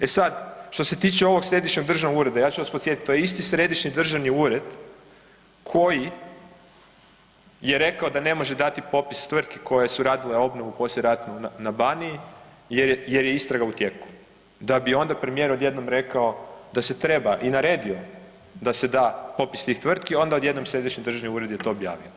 E sad, što se tiče ovog središnjeg državnog ureda, to je isti središnji državni ured koji je rekao da ne može dati popis tvrtki koje su radile obnovu poslijeratnu na Baniji jer je istraga u tijeku, da bi onda premijer odjednom rekao da se treba, i naredio, da se da popis tih tvrtki, onda odjednom središnji državni ured je to objavio.